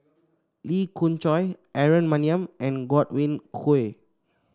Lee Khoon Choy Aaron Maniam and Godwin Koay